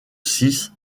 six